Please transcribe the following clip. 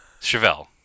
Chevelle